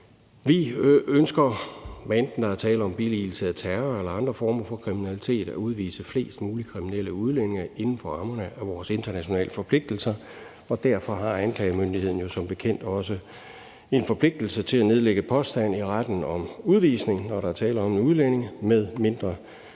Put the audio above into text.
Vi ønsker, hvad enten der er tale om billigelse af terror eller andre former for kriminalitet, at udvise flest mulige kriminelle udlændinge inden for rammerne af vores internationale forpligtelser, og derfor har anklagemyndigheden jo som bekendt også en forpligtelse til at nedlægge påstand i retten om udvisning, når der er tale om en udlænding, medmindre det